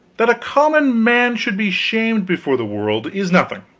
that a common man should be shamed before the world, is nothing